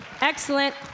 excellent